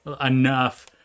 enough